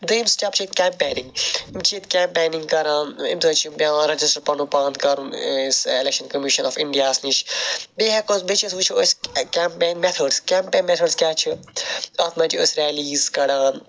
دٔیِم سٹیٚپ چھ کیٚمپیٚنِنٛگ یِم چھِ ییٚتہِ کیٚمپیٚنِنٛگ کَران امہ سۭتۍ چھُ ریٚجِسٹَر پیٚوان پَنُن پان کَرُن ایٚلیٚکشَن کٔمِشَن آف اِنڈیاہَس نِش بیٚیہِ ہیٚکو أسۍ بیٚیہِ چھ حظ وٕچھو أسۍ کیٚمپیٚن میٚتھٲڈس کیٚمپیٚن میٚتھٲڈس کیاہ چھِ اتھ مَنٛز چھِ أسۍ ریلیٖز کَڈان